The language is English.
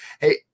Hey